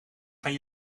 gaan